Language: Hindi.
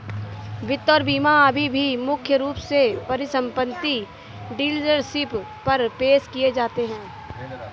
वित्त और बीमा अभी भी मुख्य रूप से परिसंपत्ति डीलरशिप पर पेश किए जाते हैं